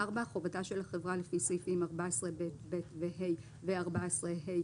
חובתה של החברה לפי סעיפים 14ב(ב) ו-(ה) ו-14ה(ב)